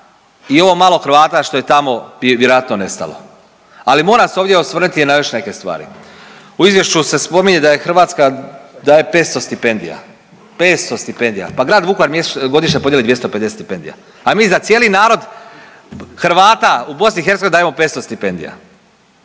i ovo malo Hrvata što je tamo bi vjerojatno nestalo. Ali moram se ovdje osvrnuti na još neke stvari. U izvješću se spominje da Hrvatska daje 500 stipendija, 500 stipendija. Pa grad Vukovar godišnje podijeli 250 stipendija, a mi za cijeli narod Hrvata u BiH dajemo 500 stipendija.